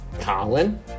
Colin